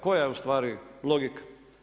Koja je u stvari logika?